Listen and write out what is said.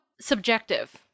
subjective